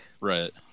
Right